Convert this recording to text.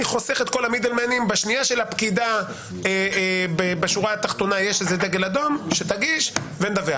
בשנייה שלפקידה בשורה התחתונה יש דגל אדום שתגיש ונדווח.